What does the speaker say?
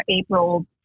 April